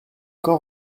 quand